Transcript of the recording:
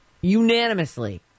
unanimously